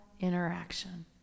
interaction